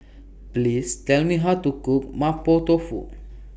Please Tell Me How to Cook Mapo Tofu